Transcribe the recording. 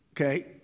okay